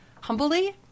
humbly